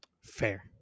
fair